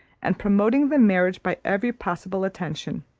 and promoting the marriage by every possible attention.